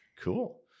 Cool